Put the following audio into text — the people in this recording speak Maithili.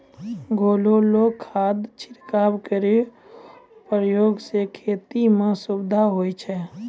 घोललो खाद छिड़काव केरो प्रयोग सें खेती म सुविधा होय छै